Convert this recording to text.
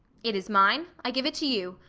it is mine, i give it to you.